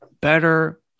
better